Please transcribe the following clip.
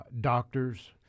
doctors